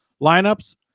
lineups